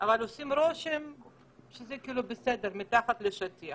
אבל יש רושם שזה כאילו בסדר מתחת לשטיח.